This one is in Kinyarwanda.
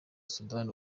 sudani